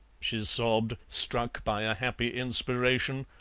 she sobbed, struck by a happy inspiration,